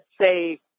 say